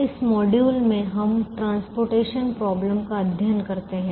इस मॉड्यूल में हम परिवहन समस्या का अध्ययन करते हैं